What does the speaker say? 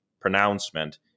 pronouncement